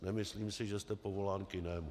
Nemyslím si, že jste povolán k jinému.